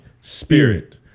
spirit